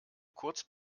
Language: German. kurz